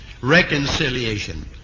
reconciliation